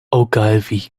ogilvy